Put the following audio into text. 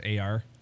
AR